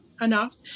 enough